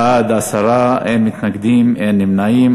בעד, 10, אין מתנגדים, אין נמנעים.